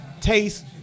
taste